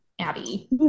Abby